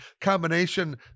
combination